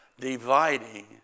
dividing